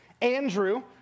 Andrew